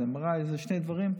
אז MRI. אלה שני דברים,